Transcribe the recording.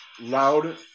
Loud